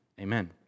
Amen